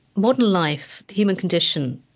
modern life, the human condition,